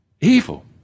Evil